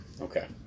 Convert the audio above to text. Okay